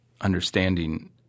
understanding